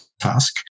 task